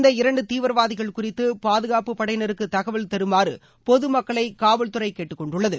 இந்த இரண்டு தீவிரவாதிகள் குறித்து பாதுகாப்புப் படையினருக்கு தகவல் தருமாறு பொது மக்களை காவல்துறை கேட்டுக்கொண்டுள்ளது